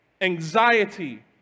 Anxiety